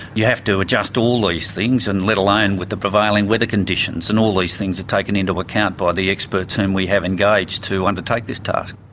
you have to adjust all these things and let alone with the prevailing weather conditions. and all these things are taken into account by the experts whom we have engaged to undertake this task.